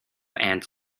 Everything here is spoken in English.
and